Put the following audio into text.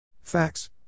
Facts